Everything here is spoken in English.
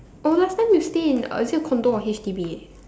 oh last time you stay in is it a condo or H_D_B